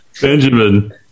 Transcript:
Benjamin